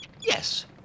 yes